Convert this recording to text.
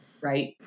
right